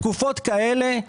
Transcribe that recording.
בתקופות כאלה,